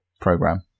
program